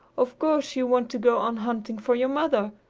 of course you want to go on hunting for your mother.